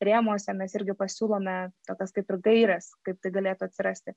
rėmuose mes irgi pasiūlome tokias kaip ir gaires kaip tai galėtų atsirasti